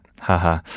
Haha